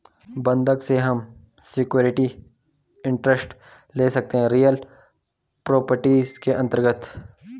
बंधक से हम सिक्योरिटी इंटरेस्ट ले सकते है रियल प्रॉपर्टीज के अंतर्गत